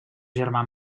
germà